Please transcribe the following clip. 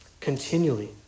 continually